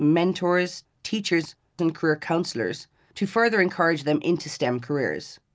mentors, teachers and career councillors to further encourage them into stem careers.